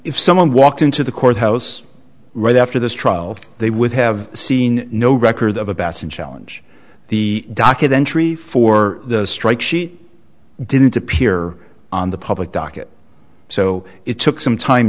if someone walked into the courthouse right after this trial they would have seen no record of a bason challenge the docket entry for the strike sheet didn't appear on the public docket so it took some time